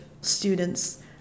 students